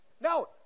No